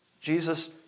Jesus